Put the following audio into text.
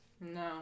No